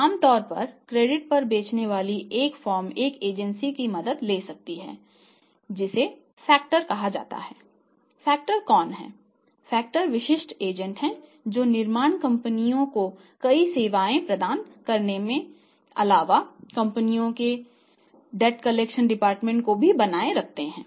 आम तौर पर क्रेडिट पर बेचने वाली एक फर्म एक एजेंसी की मदद ले सकती है जिसे फैक्टर को भी बनाए रखते हैं